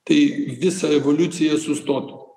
tai visa evoliucija sustotu